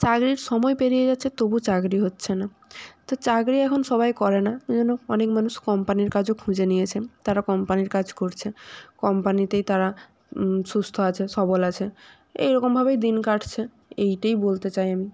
চাকরির সময় পেরিয়ে যাচ্ছে তবু চাকরি হচ্ছে না তো চাকরি এখন সবাই করে না এই জন্য অনেক মানুষ কম্পানির কাজও খুঁজে নিয়েছে তারা কম্পানির কাজ করছে কম্পানিতেই তারা সুস্থ আছে সবল আছে এই রকমভাবেই দিন কাটছে এইটাই বলতে চাই আমি